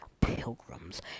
pilgrims